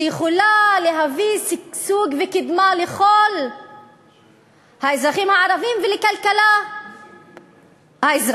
שיכולה להביא שגשוג וקדמה לכל האזרחים הערבים ולכלכלה האזרחית,